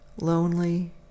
lonely